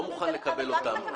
לא מוכן לקבל אותן.